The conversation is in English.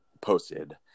posted